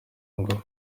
ngo